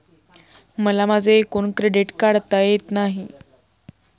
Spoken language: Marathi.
मला माझे एकूण क्रेडिट काढता येत नाही